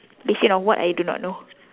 basin of what I do not know